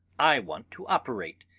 i want to operate,